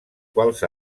quals